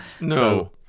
no